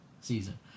season